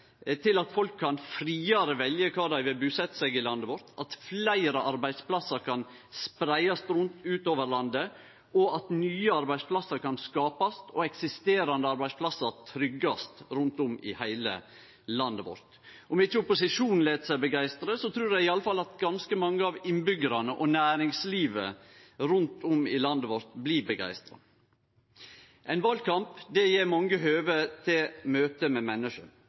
til at folk kan velje friare kvar i landet vårt dei vil busetje seg, at fleire arbeidsplassar kan spreiast rundt utover landet, at nye arbeidsplassar kan skapast og eksisisterande arbeidsplassar tryggjast rundt om i heile landet vårt. Om ikkje opposisjonen lèt seg begeistre, trur eg i alle fall at ganske mange av innbyggjarane og næringslivet rundt om i landet vårt blir begeistra. Ein valkamp gjev mange høve til møte med